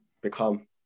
Become